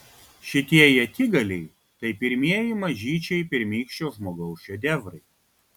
šitie ietigaliai tai pirmieji mažyčiai pirmykščio žmogaus šedevrai